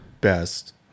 best